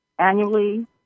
Annually